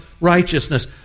righteousness